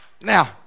Now